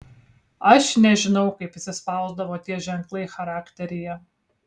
aš nežinau kaip įsispausdavo tie ženklai charakteryje